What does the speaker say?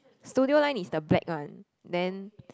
studio line is the black on then